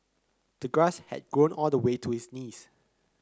the grass had grown all the way to his knees